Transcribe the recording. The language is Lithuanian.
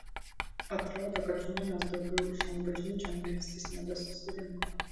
atrodo kad žmonės daugiau šion bažnyčion melstis nebesusirinko